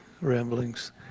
Ramblings